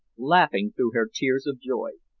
laughing through her tears of joy.